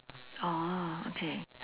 oh okay